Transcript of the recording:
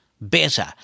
better